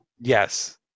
Yes